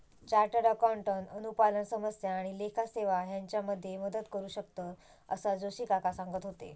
chartered accountant अनुपालन समस्या आणि लेखा सेवा हेच्यामध्ये मदत करू शकतंत, असा जोशी काका सांगत होते